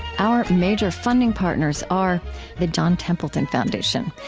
our major funding partners are the john templeton foundation.